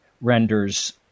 renders